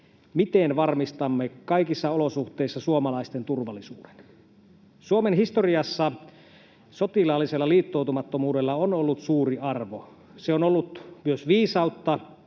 miten varmistamme kaikissa olosuhteissa suomalaisten turvallisuuden. Suomen historiassa sotilaallisella liittoutumattomuudella on ollut suuri arvo. Se on ollut myös viisautta,